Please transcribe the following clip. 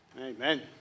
Amen